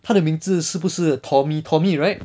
他的名字是不是 tommy tommy right